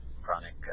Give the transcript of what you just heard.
chronic